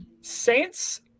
Saints